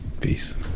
Peace